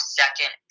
second